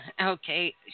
Okay